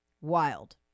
Wild